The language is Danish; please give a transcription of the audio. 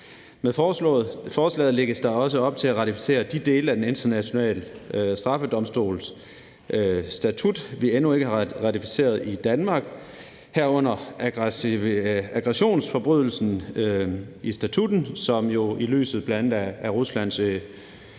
Med forslaget lægges der også op til at ratificere de dele af Den Internationale Straffedomstols statut, vi endnu ikke har ratificeret i Danmark, herunder aggressionsforbrydelsen i statutten, som det jo i lyset af bl.a. Ruslands